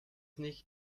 nicht